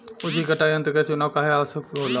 उचित कटाई यंत्र क चुनाव काहें आवश्यक होला?